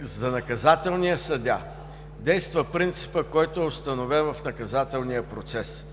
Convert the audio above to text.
за наказателния съдия действа принципът, който е установен в наказателния процес,